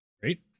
Great